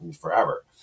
forever